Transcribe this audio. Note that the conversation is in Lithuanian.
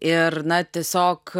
ir na tiesiog